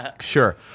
Sure